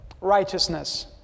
righteousness